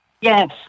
Yes